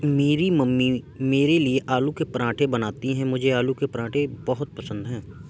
मेरी मम्मी मेरे लिए आलू के पराठे बनाती हैं मुझे आलू के पराठे बहुत पसंद है